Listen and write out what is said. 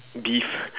beef